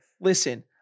Listen